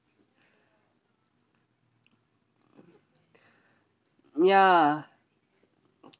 ya